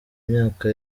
myaka